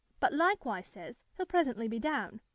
but likewise says, he'll presently be down.